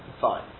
fine